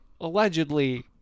allegedly